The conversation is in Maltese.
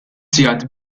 sigħat